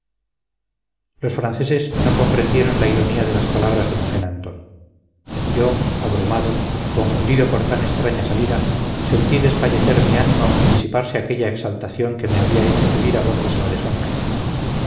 franceses no comprendieron la ironía de las palabras de mosén antón yo abrumado confundido por tan extraña salida sentí desfallecer mi ánimo y disiparse aquella exaltación que me había hecho pedir a voces la deshonra